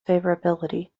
favorability